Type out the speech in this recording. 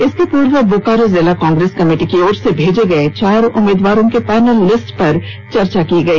इसके पूर्व बोकारो जिला कांग्रेस कमेटी की ओर से भेजे गए चार उम्मीदवारों के पैनल लिस्ट पर चर्चा की गई